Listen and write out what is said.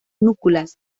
núculas